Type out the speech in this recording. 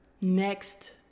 next